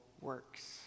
works